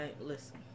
Listen